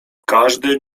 każdy